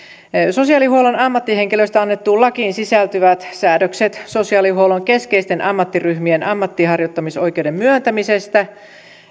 sosiaalihuollon ammattihenkilöistä annettuun lakiin sisältyvät säädökset sosiaalihuollon keskeisten ammattiryhmien ammatinharjoittamisoikeuden myöntämisestä